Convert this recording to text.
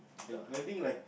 the thing like